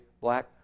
black